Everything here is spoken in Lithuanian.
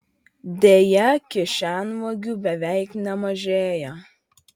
deja kišenvagių beveik nemažėja